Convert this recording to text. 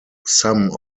some